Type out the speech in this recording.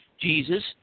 Jesus